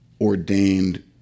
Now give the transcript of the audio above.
ordained